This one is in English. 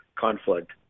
conflict